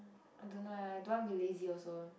I don't know ah I don't want be lazy also